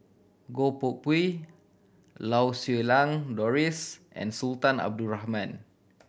Goh Koh Pui Lau Siew Lang Doris and Sultan Abdul Rahman